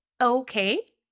Okay